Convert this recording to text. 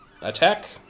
attack